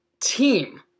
team